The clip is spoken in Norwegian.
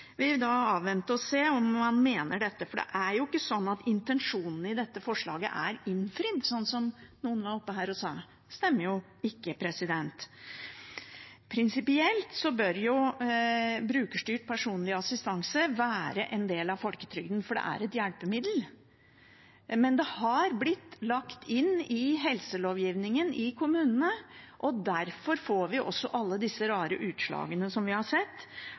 vil avvente og se om man mener dette, for det er ikke sånn at intensjonen i dette forslaget er innfridd, som noen var her oppe og sa. Det stemmer jo ikke. Prinsipielt bør brukerstyrt personlig assistanse være en del av folketrygden, for det er et hjelpemiddel, men det har blitt lagt inn i helselovgivningen i kommunene. Derfor får vi alle disse rare utslagene som vi har sett,